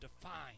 defined